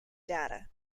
data